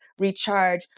recharge